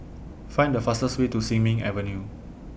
Find The fastest Way to Sin Ming Avenue